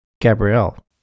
Gabrielle